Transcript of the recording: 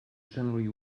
generally